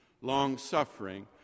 long-suffering